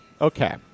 Okay